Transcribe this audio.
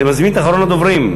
אני מזמין את אחרון הדוברים,